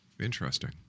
Interesting